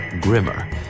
grimmer